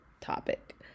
topic